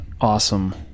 awesome